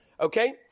Okay